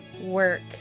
work